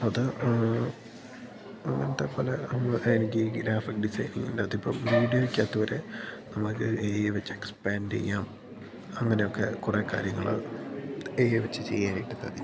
അത് അങ്ങനെത്തെ പല നമ്മൾ എനിക്ക് ഗ്രാഫിക് ഡിസൈനിങ്ങിൻറ്റകത്തിപ്പം വീഡ്യോക്കകത്ത് വരെ നമുക്ക് ഏ ഐ വെച്ച് എക്സ്പ്പാൻറ്റ് ചെയ്യാം അങ്ങനൊക്കെ കുറേ കാര്യങ്ങൾ ഏ അയ് വെച്ച് ചെയ്യാനായിട്ട് സാധിക്കും